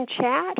Chat